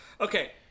okay